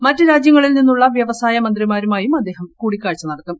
മറ്റ് രാജ്യങ്ങളിൽ നിന്നുള്ള വ്യവസായ മന്ത്രിമാരുമായും അദ്ദേഹം കൂടിക്കാഴ്ച നടത്തും